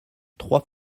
trois